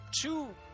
two